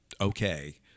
Okay